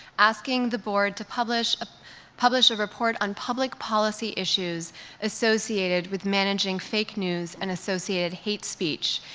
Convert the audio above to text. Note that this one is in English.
asking the board to publish ah publish a report on public policy issues associated with managing fake news and associated hate speech,